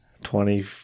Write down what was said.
twenty